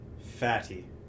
Fatty